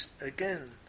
again